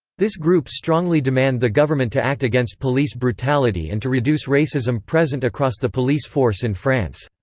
this group strongly demand the government to act against police brutality and to reduce racism present across the police force in france.